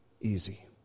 easy